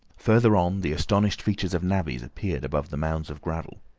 further on the astonished features of navvies appeared above the mounds of gravel.